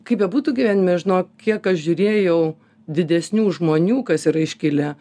kaip bebūtų gyvenime žinok kiek aš žiūrėjau didesnių žmonių kas yra iškilę